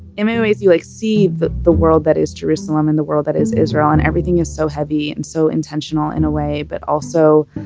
in many ways you like see the the world that is jerusalem and the world that is israel, and everything is so heavy and so intentional in a way, but also,